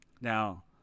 Now